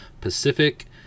Pacific